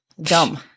dumb